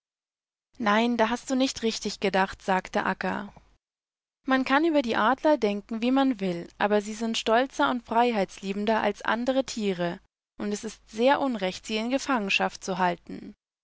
nein da hast du nicht richtig gedacht sagte akka man kann über die adler denken wie man will aber sie sind stolzer und freiheitsliebender als andere tiere und es ist sehr unrecht sie in gefangenschaft zu halten